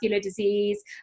disease